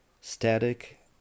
static